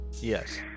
yes